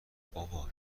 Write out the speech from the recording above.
بابا